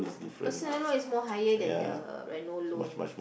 personal loan is more higher than the annual loan